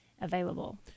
available